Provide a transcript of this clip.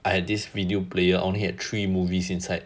I had this video player only had three movies inside